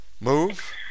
Move